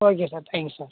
okay sir thank you sir